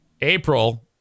April